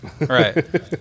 Right